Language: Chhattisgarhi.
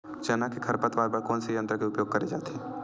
चना के खरपतवार बर कोन से यंत्र के उपयोग करे जाथे?